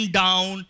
down